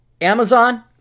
Amazon